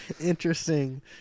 interesting